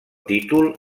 títol